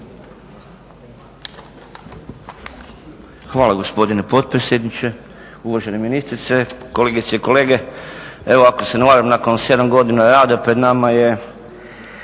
Hvala gospodine potpredsjedniče, uvažena ministrice, kolegice i kolege. Evo ako se ne varam nakon sedam godina rada pred nama je